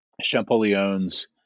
Champollion's